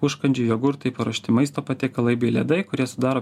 užkandžiai jogurtai paruošti maisto patiekalai bei ledai kurie sudaro